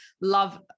love